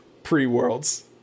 pre-worlds